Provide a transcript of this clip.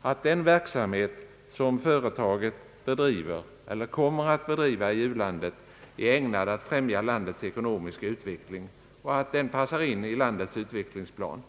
att den verksamhet som företaget bedriver eller kommer att bedriva i landet är ägnad att främja landets ekonomiska utveckling och passar in i landets utvecklingsplan.